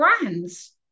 brands